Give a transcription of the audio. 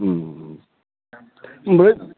ओमफ्राय